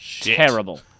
terrible